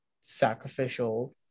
sacrificial